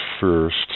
first